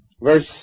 verse